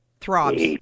throbs